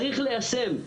צריך ליישם,